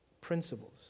principles